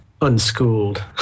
unschooled